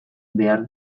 behar